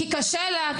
כי קשה לה,